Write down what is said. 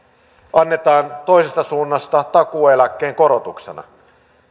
annetaan toisesta suunnasta takuueläkkeen korotuksena